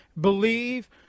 believe